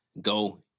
go